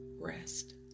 rest